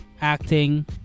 acting